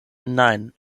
nein